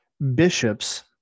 Bishops